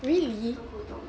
ho dong